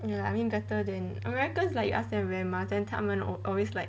ya I mean better than americans like you ask them wear mask then 他们 always like